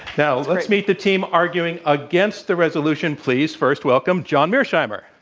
now, let's meet the team arguing against the resolution. please, first welcome john mearsheimer.